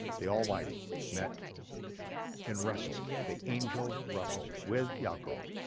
the almighty met and wrestled, the angel wrestled with yaakov,